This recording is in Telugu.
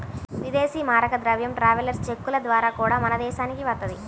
ఇదేశీ మారక ద్రవ్యం ట్రావెలర్స్ చెక్కుల ద్వారా గూడా మన దేశానికి వత్తది